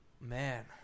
Man